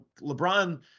LeBron